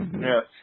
Yes